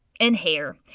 and hair.